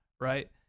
Right